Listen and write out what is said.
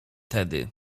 tedy